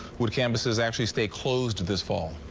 would campuses actually stay closed. this fall.